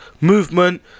movement